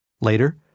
Later